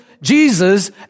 Jesus